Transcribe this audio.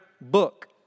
book